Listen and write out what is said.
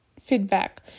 feedback